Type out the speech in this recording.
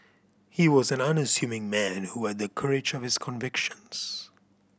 he was an unassuming man and who had the courage of his convictions